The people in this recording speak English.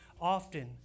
often